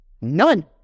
None